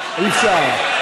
אי-אפשר.